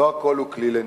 לא הכול הוא כלי לניגוח,